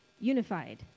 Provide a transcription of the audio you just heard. unified